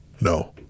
No